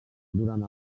durant